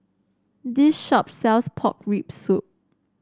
this shop sells Pork Rib Soup